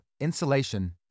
insulation